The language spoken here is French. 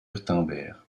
wurtemberg